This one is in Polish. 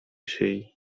szyi